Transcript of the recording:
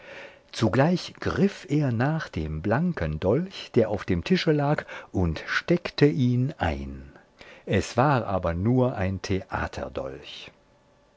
zugleich griff er nach dem blanken dolch der auf dem tische lag und steckte ihn ein es war aber nur ein theaterdolch